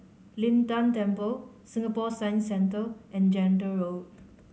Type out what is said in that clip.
Lin Tan Temple Singapore Science Centre and Gentle Road